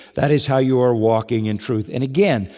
that is how you are walking in truth. and again,